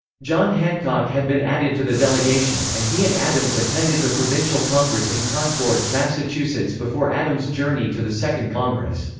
john hancock had been added to the delegation, and he and adams attended the provincial congress in concord, massachusetts before adams' journey to the second congress.